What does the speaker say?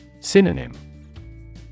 Synonym